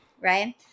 Right